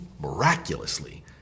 miraculously